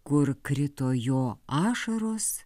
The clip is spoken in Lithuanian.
kur krito jo ašaros